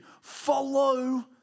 follow